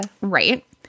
Right